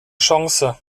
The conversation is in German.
chance